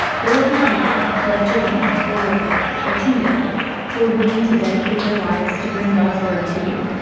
there will be people like jerome, or wycliffe, or tyndale who are willing to dedicate their lives to bring god's word to you.